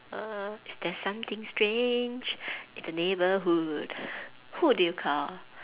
err there's something strange in the neighbourhood who do you call